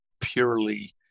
purely